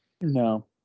No